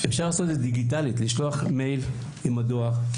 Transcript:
אפשר לעשות את זה דיגיטלית, לשלוח מייל עם הדואר.